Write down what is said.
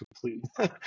complete